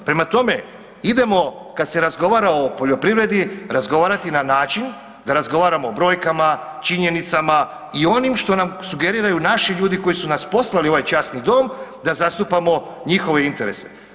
Prema tome, idemo kad se razgovara o poljoprivredi razgovarati na način da razgovaramo o brojkama, činjenicama i onim što nam sugeriraju naši ljudi koji su nas poslali u ovaj časni dom da zastupamo njihove interese.